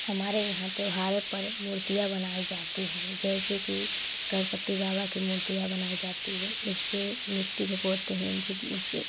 हमारे यहाँ त्योहारे पर मूर्तियाँ बनाई जाती हैं जैसे कि गणपति बाबा की मूर्तियाँ बनाई जाती है उस पर मिट्टी भिगोते हैं फिर